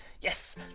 Yes